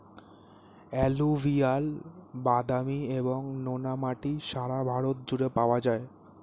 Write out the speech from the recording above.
alluvial, বাদামি এবং নোনা মাটি সারা ভারত জুড়ে পাওয়া যায়